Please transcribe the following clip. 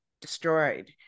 destroyed